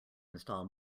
install